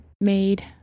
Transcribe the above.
made